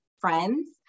friends